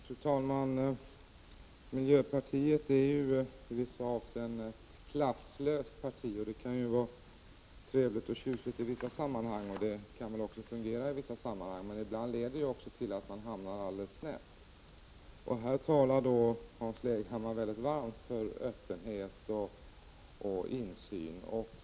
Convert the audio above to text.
Fru talman! Miljöpartiet är i vissa avseenden ett klasslöst parti, och det kan vara trevligt och tjusigt i vissa sammanhang. Det kan väl också fungera i en del sammanhang, men det leder ibland till att man hamnar alldeles snett. Hans Leghammar talar varmt för öppenhet och insyn.